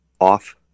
off